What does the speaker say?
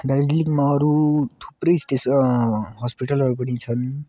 दार्जिलिङमा अरू थुप्रै स्टेस् हस्पिटलहरू पनि छन्